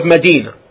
Medina